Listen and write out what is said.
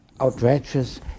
outrageous